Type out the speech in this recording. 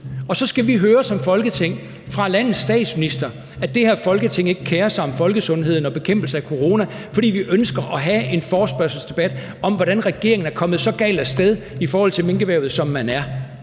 og så skal vi som Folketing høre fra landets statsminister, at det her Folketing ikke kerer sig om folkesundheden og bekæmpelse af corona, fordi vi ønsker at have en forespørgselsdebat om, hvordan regeringen er kommet så galt af sted i forhold til minkerhvervet, som man er.